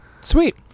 sweet